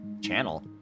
channel